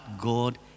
God